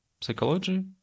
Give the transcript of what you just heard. psychology